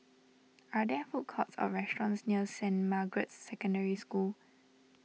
are there food courts or restaurants near Saint Margaret's Secondary School